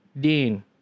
Dean